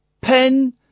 pen